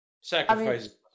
sacrifice